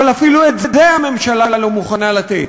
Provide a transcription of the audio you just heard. אבל אפילו את זה הממשלה לא מוכנה לתת,